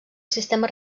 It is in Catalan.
sistema